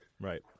Right